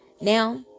Now